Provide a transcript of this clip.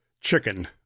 chicken